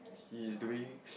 he's doing